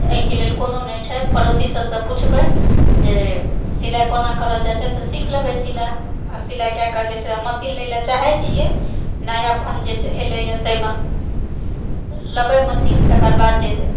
एहिकऽ लेल कोनो नहि छै पड़ोसीसभसँ पुछबए जे सिलाइ कोना करल जाइत छै तऽ सिखऽ लेबऽ सिलाइ आ सिलाई कएकऽ जे छै मशीन लयलऽ चाहय छियै नया फोन जे एलय हँ ताहिमऽ लेबय मशीन तकरबाद जे